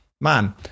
man